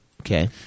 Okay